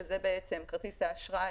שזה כרטיס האשראי,